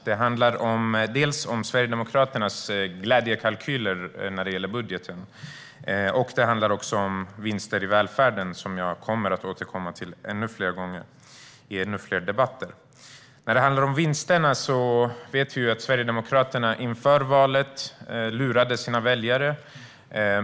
Den handlar om Sverigedemokraternas glädjekalkyler när det gäller budgeten och om vinster i välfärden, som jag kommer att återkomma till ännu fler gånger i ännu fler debatter. När det handlar om vinsterna vet vi att Sverigedemokraterna inför valet lurade sina väljare.